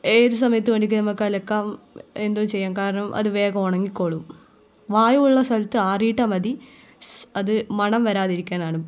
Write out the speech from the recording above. ഏത് സമയത്ത് വേണമെങ്കിലും നമുക്കലക്കാം എന്തോ ചെയ്യാം കാരണം അത് വേഗം ഉണങ്ങിക്കോളും വായു ഉള്ള സ്ഥലത്ത് ആറി ഇട്ടാൽ മതി അത് മണം വരാതിരിക്കാനാണ്